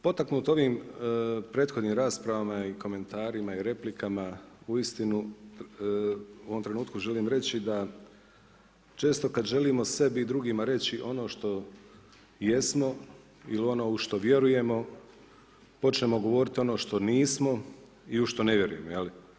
Potaknut ovim prethodnim raspravama i komentarima i replika uistinu u ovom trenutku želim reći da često kada želimo sebi i drugima reći ono što jesmo ili ono u što vjerujemo počnemo govoriti ono što nismo i u što ne vjerujemo.